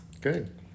Good